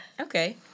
okay